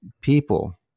people